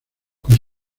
con